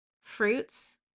fruits